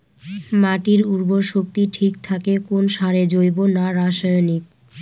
মাটির উর্বর শক্তি ঠিক থাকে কোন সারে জৈব না রাসায়নিক?